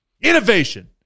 Innovation